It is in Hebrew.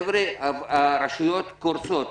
חבר'ה, הרשויות קורסות.